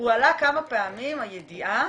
הועלתה כמה פעמים הידיעה,